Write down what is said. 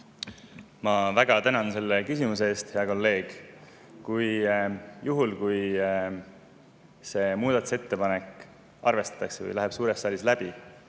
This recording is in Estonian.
Ma väga tänan selle küsimuse eest, hea kolleeg! Juhul kui seda muudatusettepanekut arvestatakse või see läheb suures saalis läbi,